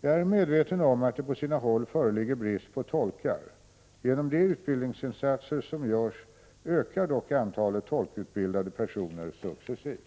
Jag är medveten om att det på sina håll föreligger brist på tolkar. Genom de utbildningsinsatser som görs ökar dock antalet tolkutbildade personer successivt.